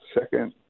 second